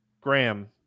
Graham